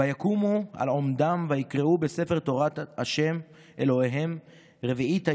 ויקומו על עמדם ויקראו בספר תורת ה' אלהיהם רבעית היום,